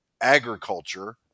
agriculture